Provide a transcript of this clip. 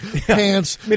pants